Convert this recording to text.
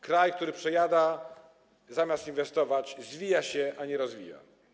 Kraj, który przejada, zamiast inwestować, zwija się, a nie rozwija.